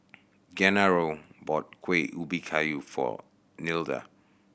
Genaro bought Kueh Ubi Kayu for Nilda